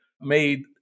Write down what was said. made